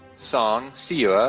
song siyue,